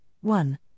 one